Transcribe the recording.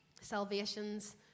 salvations